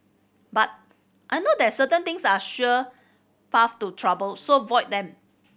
but I know that certain things are sure paths to trouble so void them